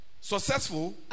successful